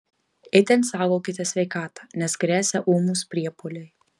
itin saugokite sveikatą nes gresia ūmūs priepuoliai